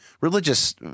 religious